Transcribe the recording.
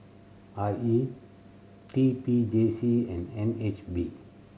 I E T P J C and N H B